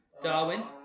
Darwin